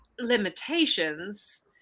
limitations